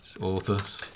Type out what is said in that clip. Authors